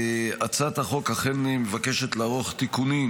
הצעת החוק אכן מבקשת לערוך תיקונים